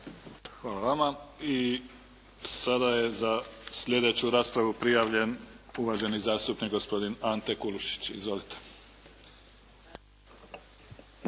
Hvala vama. I sada je za sljedeću raspravu prijavljen uvaženi zastupnik gospodin Ante Kulušić. Izvolite.